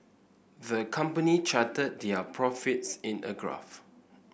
the company charted their profits in a graph